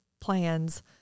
plans